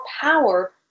power